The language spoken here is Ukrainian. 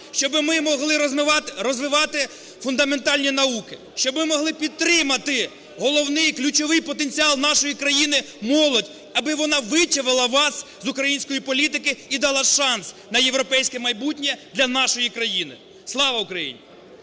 щоб ми могли розвивати фундаментальні науки, щоб ми могли підтримати головний, ключовий потенціал нашої країни – молодь, аби вона вичавила вас з української політики і дала шанс на європейське майбутнє для нашої країни. Слава Україні!